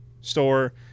store